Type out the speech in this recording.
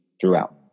throughout